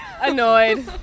Annoyed